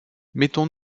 mettons